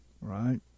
right